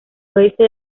oeste